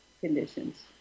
conditions